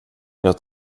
jag